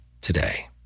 today